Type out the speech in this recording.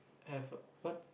have what